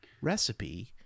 recipe